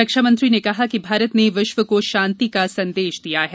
रक्षामंत्री ने कहा कि भारत ने विश्व को शांति का संदेश दिया है